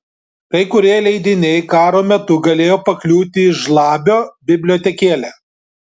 kai kurie leidiniai karo metu galėjo pakliūti į žlabio bibliotekėlę